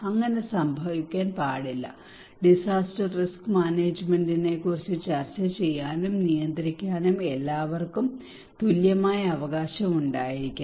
അങ്ങനെ സംഭവിക്കാൻ പാടില്ല ഡിസാസ്റ്റർ റിസ്ക് മാനേജ്മെന്റിനെക്കുറിച്ച് ചർച്ച ചെയ്യാനും നിർദ്ദേശിക്കാനും എല്ലാവർക്കും തുല്യവും തുല്യവുമായ അവകാശം ഉണ്ടായിരിക്കണം